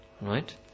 Right